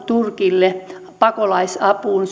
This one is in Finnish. turkille pakolaisapuun